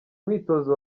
mwitozo